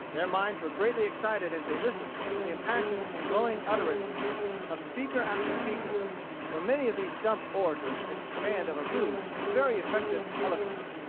their minds were greatly excited as they listened to the impassioned and glowing utterances of speaker after speaker for many of these stump orators had command of a rude but very effective eloquence.